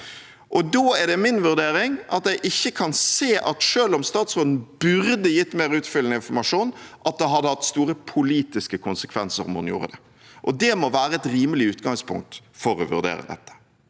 Da er det min vurdering at selv om statsråden burde gitt mer utfyllende informasjon, kan jeg ikke se at det hadde hatt store politiske konsekvenser om hun gjorde det. Det må være et rimelig utgangspunkt for å vurdere dette.